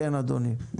כן, אדוני.